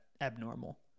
abnormal